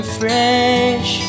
fresh